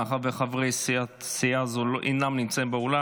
מאחר שחברי סיעה זו אינם נמצאים באולם,